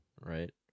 right